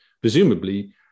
Presumably